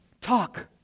Talk